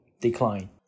decline